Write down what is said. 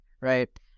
Right